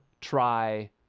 try